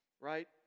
right